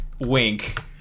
wink